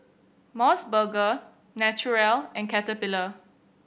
Mos Burger Naturel and Caterpillar